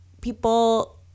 people